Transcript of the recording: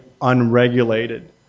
unregulated